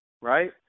right